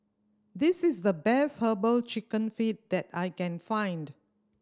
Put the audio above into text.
this is the best Herbal Chicken Feet that I can find